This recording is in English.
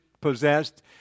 possessed